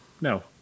No